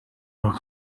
aux